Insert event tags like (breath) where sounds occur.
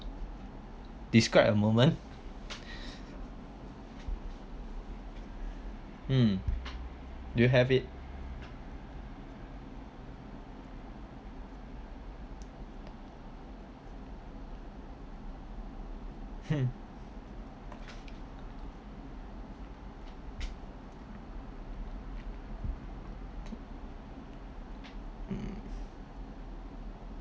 describe a moment (breath) mm do you have it (laughs) mm